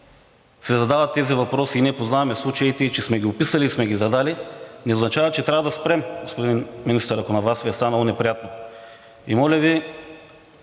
се задават тези въпроси и ние познаваме случаите и сме ги описали, и сме ги задали, не означава, че трябва да спрем, господин Министър, ако на Вас Ви е станало неприятно, и моля Ви,